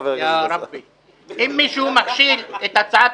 חבר הכנסת --- אם מישהו מכשיל את הצעת